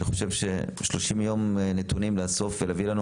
האם ב-30 יום תוכלו לאסוף נתונים ולהביא לנו?